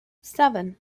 seven